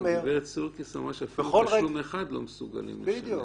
גברת סירקיס אמרה שאפילו תשלום אחד לא מסוגלים לשלם.